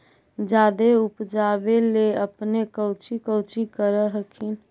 जादे उपजाबे ले अपने कौची कौची कर हखिन?